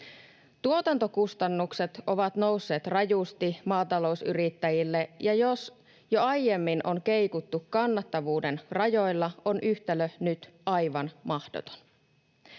Tuotantokustannukset ovat nousseet rajusti maatalousyrittäjille, ja jos jo aiemmin on keikuttu kannattavuuden rajoilla, on yhtälö nyt aivan mahdoton.